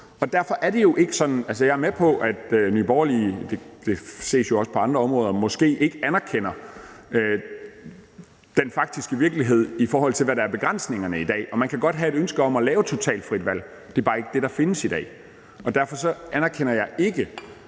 har forældre, der bor tæt på dem. Altså, jeg er med på, at Nye Borgerlige, og det ses jo også på andre områder, måske ikke anerkender den faktiske virkelighed, i forhold til hvad der er begrænsningerne i dag. Man kan godt have et ønske om at lave totalt frit valg, men det er bare ikke det, der findes i dag, og derfor anerkender jeg ikke,